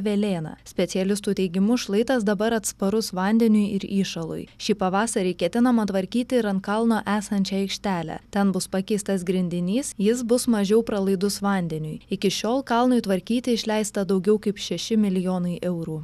velėna specialistų teigimu šlaitas dabar atsparus vandeniui ir įšalui šį pavasarį ketinama tvarkyti ir ant kalno esančią aikštelę ten bus pakeistas grindinys jis bus mažiau pralaidus vandeniui iki šiol kalnui tvarkyti išleista daugiau kaip šeši milijonai eurų